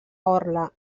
orla